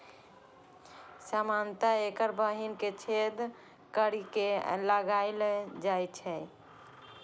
सामान्यतः एकर बीहनि कें छेद करि के लगाएल जाइ छै